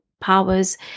powers